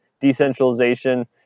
decentralization